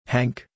Hank